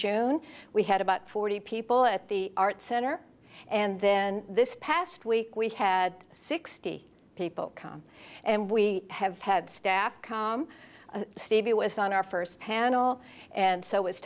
june we had about forty people at the art center and then this past week we had sixty people come and we have had staff come steve us on our first panel and so